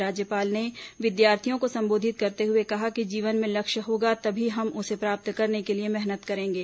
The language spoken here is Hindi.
राज्यपाल ने विद्यार्थियों को संबोधित करते हुए कहा कि जीवन में लक्ष्य होगा तभी हम उसे प्राप्त करने के लिए मेहनत करेंगे